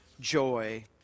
joy